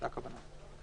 זאת הכוונה.